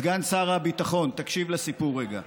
סגן שר הביטחון, תקשיב לסיפור רגע,